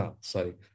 sorry